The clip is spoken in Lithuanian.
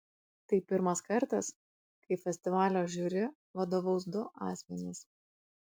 tai pirmas kartas kai festivalio žiuri vadovaus du asmenys